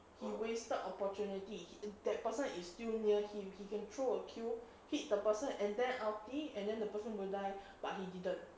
he wasted opportunity that person is still near him he can throw a kill hit the person and then ulti and then the person will die but he didn't